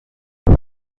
چرا